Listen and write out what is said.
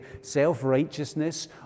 self-righteousness